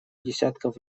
десятков